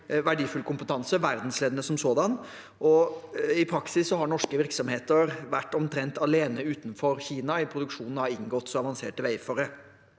verdifull kompetanse – verdensledende sådan. I praksis har norske virksomheter vært omtrent alene utenfor Kina i produksjonen av ingoter og avanserte wafere.